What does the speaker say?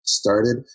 started